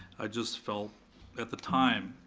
just felt at the time,